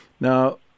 Now